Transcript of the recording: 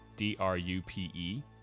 D-R-U-P-E